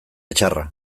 txarra